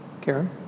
Karen